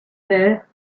there